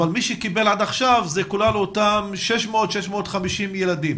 אבל מי שקיבל עד עכשיו זה כל אותם 600, 650 ילדים.